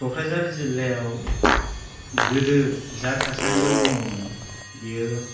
कक्राझार जिल्लायाव गोदो जा थासारियाव दङमोन बियो